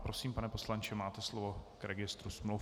Prosím, pane poslanče, máte slovo k registru smluv.